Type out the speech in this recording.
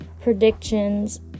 predictions